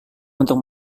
untuk